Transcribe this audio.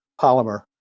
polymer